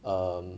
um